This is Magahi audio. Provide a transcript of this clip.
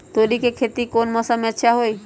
तोड़ी के खेती कौन मौसम में अच्छा होई?